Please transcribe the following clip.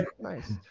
Nice